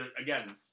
again